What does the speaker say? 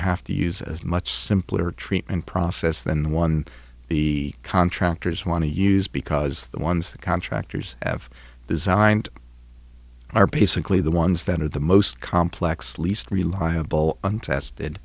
have to use as much simpler treatment process than one be contractors want to use because the ones the contractors have designed are basically the ones that are the most complex least reliable untested